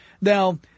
Now